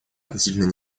относительно